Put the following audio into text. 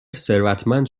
ثروتمند